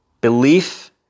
Belief